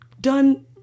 done